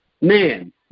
man